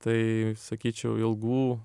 tai sakyčiau ilgų